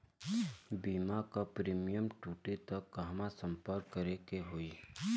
बीमा क प्रीमियम टूटी त कहवा सम्पर्क करें के होई?